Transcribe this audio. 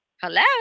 Hello